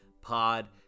Pod